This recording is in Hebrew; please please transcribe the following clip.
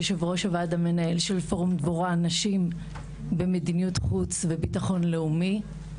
יו"ר הוועד המנהל של פורום דבורה נשים במדיניות חוץ וביטחון לאומי.